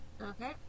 Okay